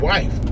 Wife